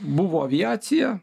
buvo aviacija